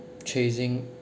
chasing